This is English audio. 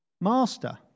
master